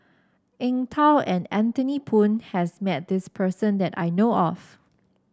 Eng Tow and Anthony Poon has met this person that I know of